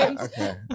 Okay